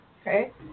Okay